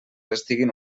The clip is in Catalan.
estiguin